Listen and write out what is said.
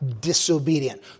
disobedient